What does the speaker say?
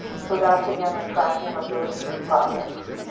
so that's again the tracking of those three projects.